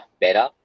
better